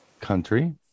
country